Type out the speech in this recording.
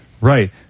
Right